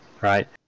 right